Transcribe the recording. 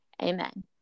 Amen